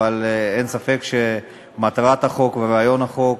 אבל אין ספק שמטרת החוק ורעיון החוק